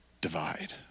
divide